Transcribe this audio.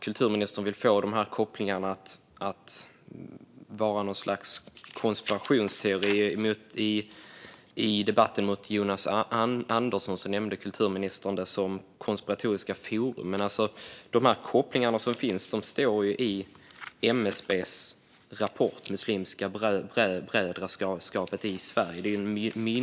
Kulturministern verkade vilja få kopplingarna till att vara något slags konspirationsteorier. I debatten med Jonas Andersson benämnde hon det som konspiratoriska forum. Men de kopplingar som finns står det om i MSB:s rapport Muslimska brödraskapet i Sverige .